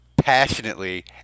passionately